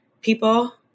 people